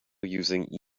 using